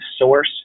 source